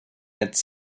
its